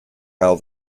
how